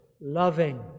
loving